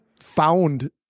found